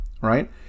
right